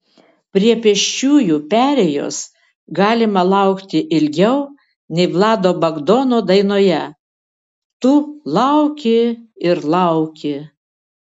prie pėsčiųjų perėjos galima laukti ilgiau nei vlado bagdono dainoje tu lauki ir lauki